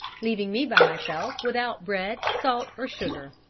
leaving me by myself without bread, salt or sugar,